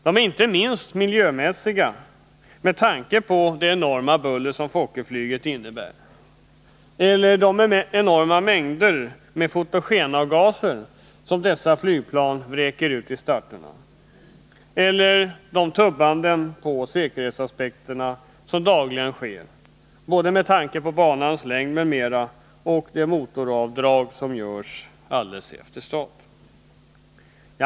De är inte minst miljömässiga med tanke på det enorma buller som Fokkerflyget åstadkommer, eller de enorma mängder fotogenavgaser som dessa flygplan vräker ut i starterna, eller de tubbanden på säkerhetsaspekterna som dagligen sker, med tanke på både banans längd m.m. och de motoravdrag som görs alldeles efter start.